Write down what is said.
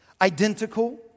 identical